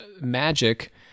magic